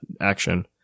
action